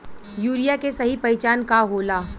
Urea के सही पहचान का होला?